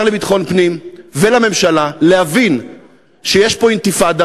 לביטחון פנים ולממשלה להבין שיש פה אינתיפאדה